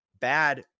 bad